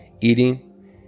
eating